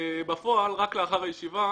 בפועל רק לאחר הישיבה